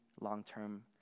long-term